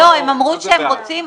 הם אמרו שהם רוצים,